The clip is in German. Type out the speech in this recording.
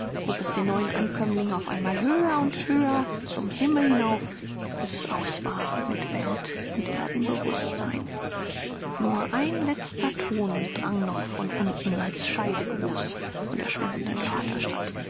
hob es den neuen ankömmling auf einmal höher und höher zum himmel hinauf bis es aus war mit welt und erdenbewußtsein nur ein letzter ton drang noch von unten als scheidegruß von der schwindenden